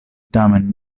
tamen